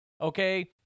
Okay